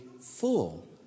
full